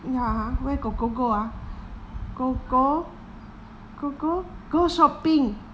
ya ha where kor kor go ah kor kor kor kor go shopping